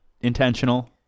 intentional